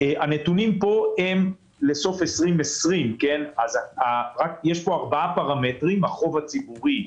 הנתונים פה הם לסוף 2020. יש פה ארבעה פרמטרים: החוב הציבורי,